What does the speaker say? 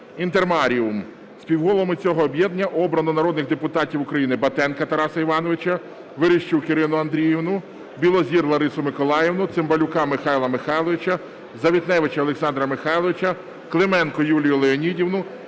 Intermarium. Співголовами цього об'єднання обрано народних депутатів України: Батенка Тараса Івановича, Верещук Ірину Андріївну, Білозір Ларису Миколаївну, Цимбалюка Михайла Михайловича, Завітневича Олександра Михайловича, Клименко Юлію Леонідівну,